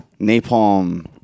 Napalm